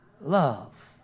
love